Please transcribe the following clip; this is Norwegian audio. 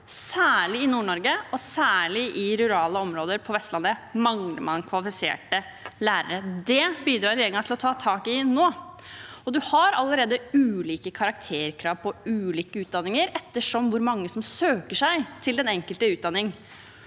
Særlig i Nord-Norge og i rurale områder på Vestlandet mangler man kvalifiserte lærere. Det bidrar regjeringen til å ta tak i nå. Man har allerede ulike karakterkrav på ulike utdanninger alt etter hvor mange som søker seg til den enkelte utdanning.